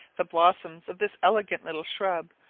the blossoms of this elegant little shrub,